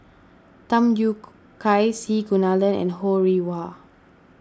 Tham Yui Kai C Kunalan and Ho Rih Hwa